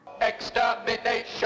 Extermination